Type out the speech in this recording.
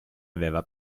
aveva